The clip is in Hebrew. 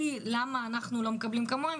הטענות הן: למה אנחנו לא מקבלים כמותם,